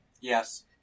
yes